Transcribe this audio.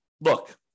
look